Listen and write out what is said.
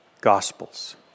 Gospels